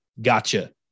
Gotcha